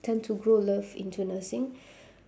tend to grow love into nursing